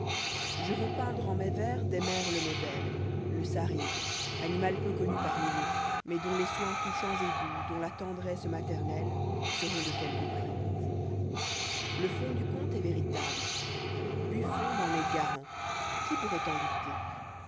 je veux peindre en mes vers des mères le modèle le sarigue animal peu connu parmi nous mais dont les soins touchants et doux dont la tendresse maternelle seront de quelque prix pour vous le fond du conte est véritable buffon m'en est garant qui pourrait en douter